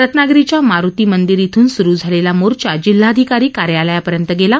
रत्नागिरीच्या मारुती मंदिर ब्रून सुरू झालेला मोर्चा जिल्हाधिकारी कार्यालयापर्यंत गेला